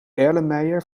erlenmeyer